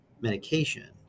medication